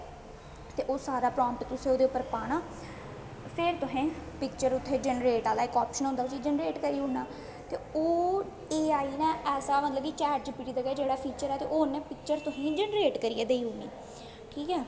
ओह् सारा तुसें ओह्दे उप्पर पाना फिर तुसें पिक्चर उत्थै जनरेट आह्ला इक आपशन होंदा उस्सी जनरेट करी ओङ़ना फिर ओह् ए आई ने ऐसा मतलब कि चैट जी पी टी दा गै जेह्ड़ी फिक्चर ऐ ते ओह् उ'नें फिक्चर तुसेंगी जनरेट करी देई ओङ़नी ठीक ऐ